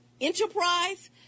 enterprise